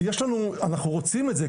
אנחנו רוצים את זה,